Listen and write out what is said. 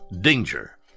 danger